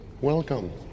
Welcome